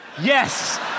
Yes